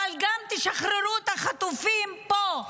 אבל גם תשחררו את החטופים פה.